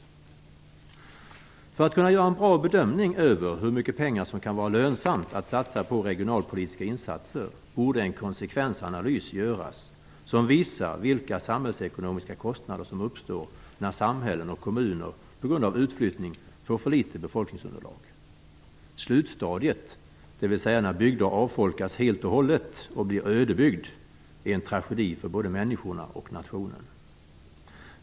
För att man skall kunna göra en bra bedömning av hur mycket pengar som det kan vara lönsamt att satsa på regionalpolitiska insatser borde en konsekvensanalys göras som visar vilka samhällsekonomiska kostnader som uppstår, när samhällen och kommuner på grund av utflyttning får för litet befolkningsunderlag. Slutstadiet, dvs. när bygder avfolkas helt och hållet och blir ödebygd, är en tragedi för både människorna och nationen.